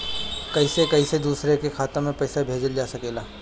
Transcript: कईसे कईसे दूसरे के खाता में पईसा भेजल जा सकेला?